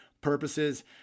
purposes